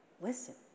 listen